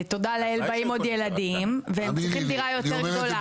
תודה לאל באים עוד ילדים והם צריכים דירה יותר גדולה,